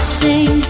sing